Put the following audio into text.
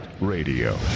Radio